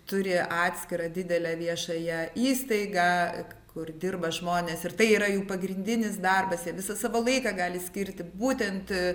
turi atskirą didelę viešąją įstaigą kur dirba žmonės ir tai yra jų pagrindinis darbas jie visą savo laiką gali skirti būtent